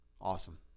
awesome